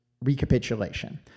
recapitulation